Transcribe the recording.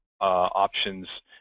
options